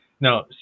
No